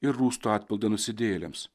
ir rūstų atpildą nusidėjėliams